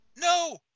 No